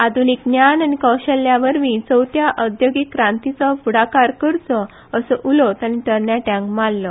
आधुनीक ज्ञान आनी क्शळटाये वरवीं चवथ्या उद्देगीक क्रांतीचो फुडाकार करचो असो उलो तांणी तरणाट्यांक मारलो